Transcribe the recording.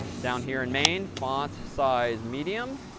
down here in main, font-size medium.